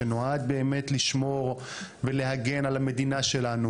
שנועד באמת לשמור ולהגן על המדינה שלנו,